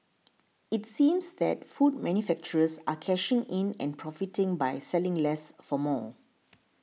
it seems that food manufacturers are cashing in and profiting by selling less for more